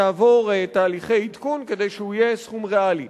יעבור תהליכי עדכון כדי שהוא יהיה סכום ריאלי.